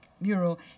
mural